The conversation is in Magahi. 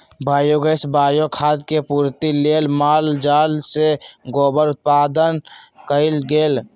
वायोगैस, बायो खाद के पूर्ति लेल माल जाल से गोबर उत्पादन कएल गेल